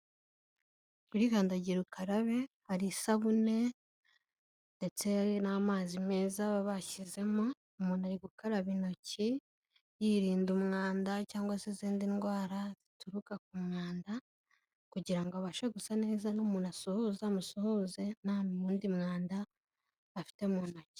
Kuri kandagira ukarabe hari isabune ndetse hari n'amazi meza baba bashyizemo, umuntu ari gukaraba intoki yirinda umwanda cyangwa se izindi ndwara zituruka ku mwanda kugira ngo abashe gusa neza n'umuntu asuhuza, amusuhuze nta wundi mwanda afite mu ntoki.